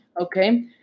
Okay